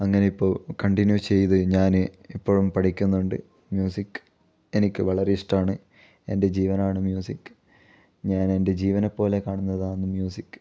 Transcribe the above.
അങ്ങനെ ഇപ്പോൾ കണ്ടിന്യൂ ചെയ്ത് ഞാൻ ഇപ്പൊഴും പഠിക്കുന്നുണ്ട് മ്യൂസിക് എനിക്ക് വളരെ ഇഷ്ടമാണ് എൻ്റെ ജീവനാണ് മ്യൂസിക് ഞാൻ എൻ്റെ ജീവനെ പോലെ കാണുന്നതാണ് മ്യൂസിക്